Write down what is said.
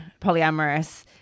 polyamorous